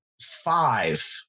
five